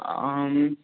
आम्